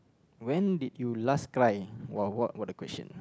when did you last cry !wow! what what a question